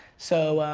so,